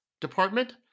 Department